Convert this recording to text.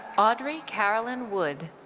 audrey caroline wood.